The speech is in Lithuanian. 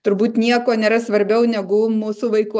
turbūt nieko nėra svarbiau negu mūsų vaikų